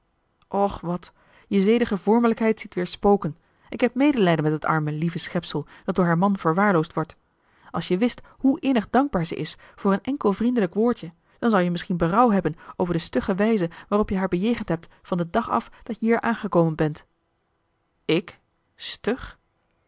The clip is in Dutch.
och wat je zedige vormelijkheid ziet weer spoken ik heb medelijden met het arme lieve schepsel dat door haar man verwaarloosd wordt als je wist hoe innig dankbaar zij is voor een enkel vriendelijk woordje dan zou je misschien berouw hebben over de stugge wijze waarop je haar bejegend hebt van den dag af dat je hier aangekomen bent ik stug